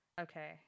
Okay